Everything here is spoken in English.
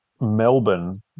Melbourne